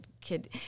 kid